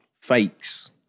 fakes